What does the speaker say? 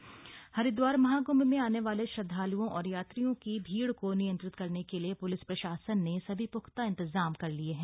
कंभ सरक्षा व्यवस्था हरिद्वार महाकृंभ में आने वाले श्रद्धाल्ओं और यात्रियों की भीड़ को नियंत्रित करने के लिए पूलिस प्रशासन ने सभी प्ख्ता इंतजाम कर लिए हैं